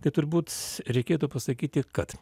tai turbūt reikėtų pasakyti kad